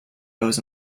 goes